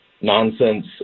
nonsense